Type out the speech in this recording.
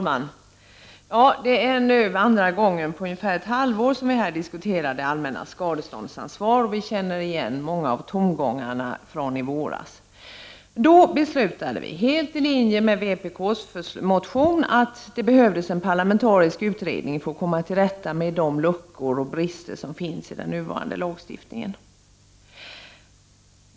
Herr talman! Det är nu andra gången på drygt ett halvår som vi här diskuterar det allmännas skadeståndsansvar. Vi känner igen många av tongångarna från i våras. Då beslutades, helt i linje med vpk:s motion, att det behövs en parlamentarisk utredning för att komma till rätta med de luckor och brister som finns i den nuvarande lagstiftningen.